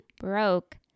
broke